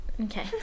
Okay